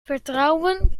vertrouwen